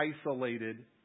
isolated